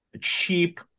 cheap